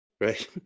right